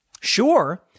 Sure